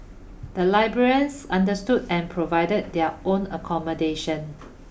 the librarians understood and provided their own accommodation